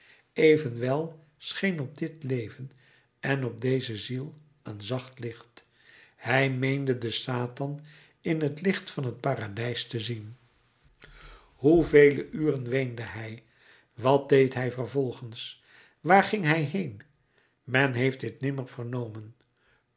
evenwel scheen op dit leven en op deze ziel een zacht licht hij meende den satan in het licht van t paradijs te zien hoe vele uren weende hij wat deed hij vervolgens waar ging hij heen men heeft dit nimmer vernomen